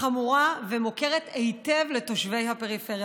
חמורה ומוכרת היטב לתושבי הפריפריה,